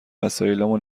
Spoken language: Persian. وسایلامو